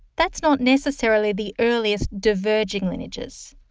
that's not necessarily the earliest diverging lineages.